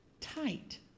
tight